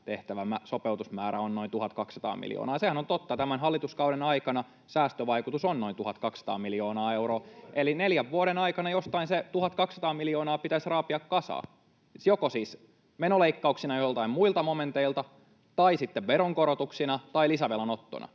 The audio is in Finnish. tehtävä sopeutusmäärä on noin 1 200 miljoonaa. Sehän on totta. Tämän hallituskauden aikana säästövaikutus on noin 1 200 miljoonaa euroa, [Aki Lindén: Ei se ole!] eli neljän vuoden aikana jostain se 1 200 miljoonaa pitäisi raapia kasaan, joko siis menoleikkauksina joiltain muilta momenteilta tai sitten veronkorotuksina tai lisävelanottona.